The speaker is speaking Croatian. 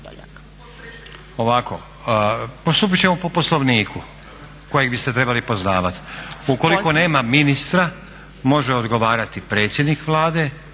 Ovako. Postupit ćemo po Poslovniku kojeg biste trebali poznavati. Ukoliko nema ministra može odgovarati predsjednik Vlade